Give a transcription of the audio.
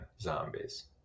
zombies